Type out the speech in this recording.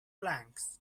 planks